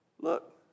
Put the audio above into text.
Look